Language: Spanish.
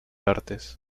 artes